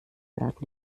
hat